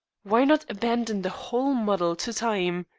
why not abandon the whole muddle to time?